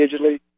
digitally